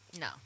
no